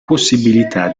possibilità